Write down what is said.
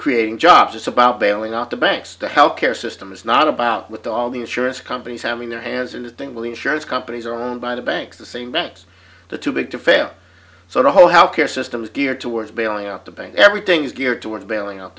creating jobs it's about bailing out the banks the health care system is not about with all the insurance companies having their hands in the thing with the insurance companies are owned by the banks the same banks the too big to fail so the whole health care system is geared towards bailing out the banks everything is geared toward bailing out